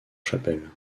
chapelle